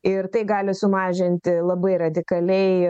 ir tai gali sumažinti labai radikaliai